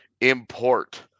import